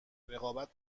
رقابت